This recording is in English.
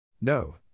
No